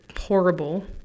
horrible